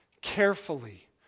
carefully